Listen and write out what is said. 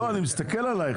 לא, אני מסתכל עלייך.